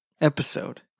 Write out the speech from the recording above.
episode